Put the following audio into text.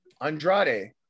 Andrade